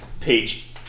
page